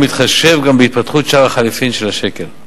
ומתחשב גם בהתפתחות שער החליפין של השקל.